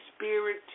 Spirit